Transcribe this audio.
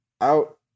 out